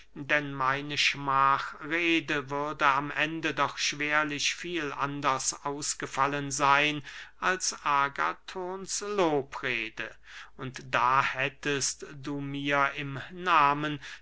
denn meine schmachrede würde am ende doch schwerlich viel anders ausgefallen seyn als agathons lobrede und da hättest du mir im nahmen